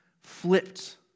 flipped